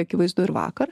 akivaizdu ir vakar